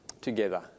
together